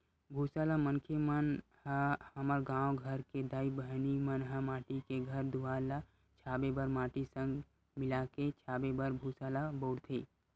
भूसा ल मनखे मन ह हमर गाँव घर के दाई बहिनी मन ह माटी के घर दुवार ल छाबे बर माटी संग मिलाके छाबे बर भूसा ल बउरथे